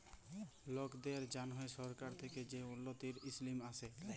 লকদের জ্যনহে সরকার থ্যাকে যে উল্ল্যতির ইসকিম আসে